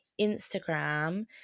instagram